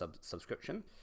subscription